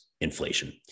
inflation